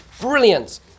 Brilliant